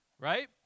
Right